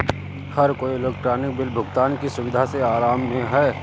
हर कोई electronic bill भुगतान की सुविधा से आराम में है